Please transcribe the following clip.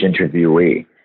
interviewee